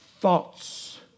thoughts